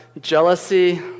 jealousy